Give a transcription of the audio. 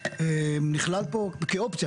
נכלל פה כאופציה?